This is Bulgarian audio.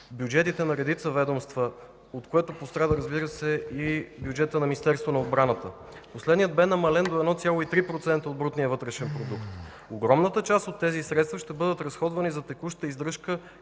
бюджетите на редица ведомства, от което пострада, разбира се, и бюджетът на Министерството на отбраната. Последният бе намален до 1,3% от брутния вътрешен продукт. Огромната част от тези средства ще бъдат разходвани за текуща издръжка